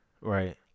Right